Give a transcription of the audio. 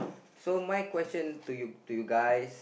so my question to you to you guys